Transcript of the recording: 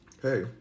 hey